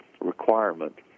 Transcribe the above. requirement